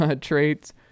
traits